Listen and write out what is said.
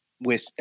with-